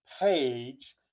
page